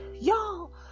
y'all